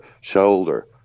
shoulder